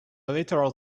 literal